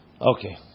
Okay